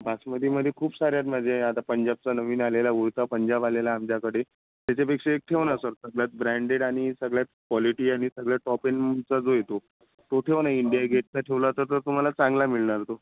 बासमतीमध्ये खूप साऱ्या आहेत माझ्या आता पंजाबचा नवीन आलेला उडता पंजाब आलेला आमच्याकडे त्याच्यापेक्षा एक ठेवा ना सर ब्रँडेड आणि सगळ्यात क्वालिटी आणि सगळ्यात पॅकिंगचा जो येतो तो ठेवा ना इंडिया गेटचा ठेवला तर तुम्हाला चांगला मिळणार तो